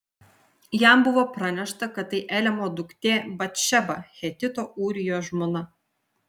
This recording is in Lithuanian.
jam buvo pranešta kad tai eliamo duktė batšeba hetito ūrijos žmona